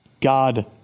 God